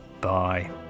Bye